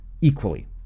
equally